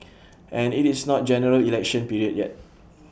and IT is not General Election period yet